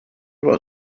about